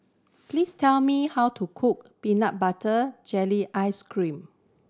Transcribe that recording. please tell me how to cook peanut butter jelly ice cream